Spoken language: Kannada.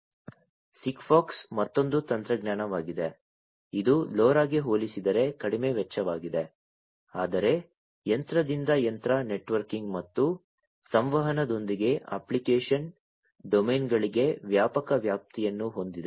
SIGFOX ಮತ್ತೊಂದು ತಂತ್ರಜ್ಞಾನವಾಗಿದೆ ಇದು LoRa ಗೆ ಹೋಲಿಸಿದರೆ ಕಡಿಮೆ ವೆಚ್ಚವಾಗಿದೆ ಆದರೆ ಯಂತ್ರದಿಂದ ಯಂತ್ರ ನೆಟ್ವರ್ಕಿಂಗ್ ಮತ್ತು ಸಂವಹನದೊಂದಿಗೆ ಅಪ್ಲಿಕೇಶನ್ ಡೊಮೇನ್ಗಳಿಗೆ ವ್ಯಾಪಕ ವ್ಯಾಪ್ತಿಯನ್ನು ಹೊಂದಿದೆ